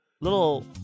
little